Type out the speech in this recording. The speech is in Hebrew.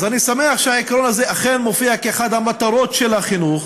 אז אני שמח שהעיקרון הזה אכן מופיע כאחת המטרות של החינוך,